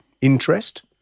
interest